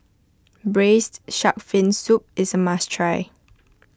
Braised Shark Fin Soup is a must try